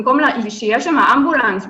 במקום שיהיה שם אמבולנס,